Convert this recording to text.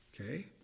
okay